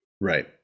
Right